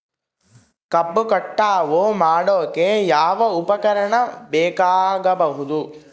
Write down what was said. ಕಬ್ಬು ಕಟಾವು ಮಾಡೋಕೆ ಯಾವ ಉಪಕರಣ ಬೇಕಾಗಬಹುದು?